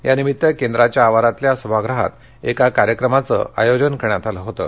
यानिमित्त केंद्राच्या आवारातल्या सभागृहात एका कार्यक्रमाचं आयोजन करण्यात आलं होतं